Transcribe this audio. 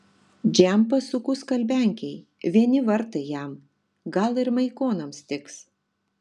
džempą suku skalbenkėj vieni vartai jam gal ir maikonams tiks